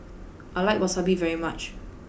I like Wasabi very much